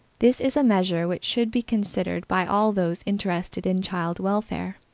this is a measure which should be considered by all those interested in child welfare.